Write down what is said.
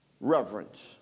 reverence